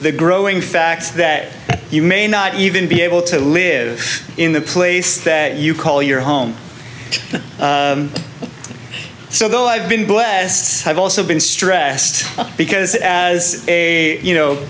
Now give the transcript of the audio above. the growing fact that you may not even be able to live in the place that you call your home so though i've been blessed i've also been stressed because as you know